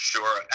Sure